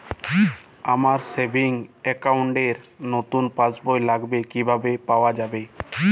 আমার savings account র নতুন পাসবই লাগবে, কিভাবে পাওয়া যাবে?